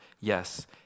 Yes